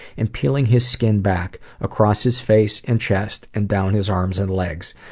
and peeling his skin back, across his face and chest and down his arms and legs.